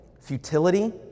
futility